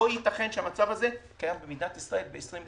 לא ייתכן שהמצב הזה קיים במדינת ישראל ב-2021.